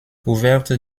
ouverte